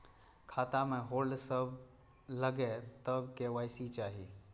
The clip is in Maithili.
खाता में होल्ड सब लगे तब के.वाई.सी चाहि?